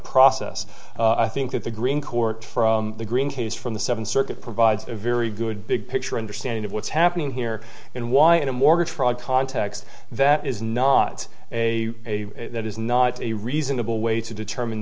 process i think that the green court the green case from the seventh circuit provides a very good big picture understanding of what's happening here and why in a mortgage fraud context that is not a a that is not a reasonable way to determine